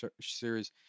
series